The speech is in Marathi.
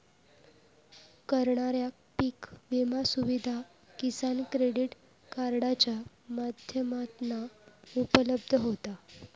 करणाऱ्याक पीक विमा सुविधा किसान क्रेडीट कार्डाच्या माध्यमातना उपलब्ध होता